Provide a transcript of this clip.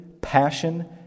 passion